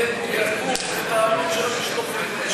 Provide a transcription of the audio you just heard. הן יאכפו את העלות של המשלוחים.